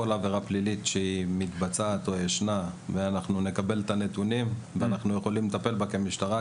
כל עבירה פלילית שנקבל את הנתונים ויש ביכולתנו לטפל בה כמשטרה,